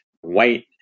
white